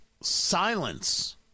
silence